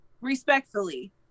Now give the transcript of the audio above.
respectfully